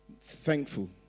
thankful